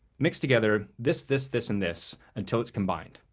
mix together this, this, this and this until it's combined,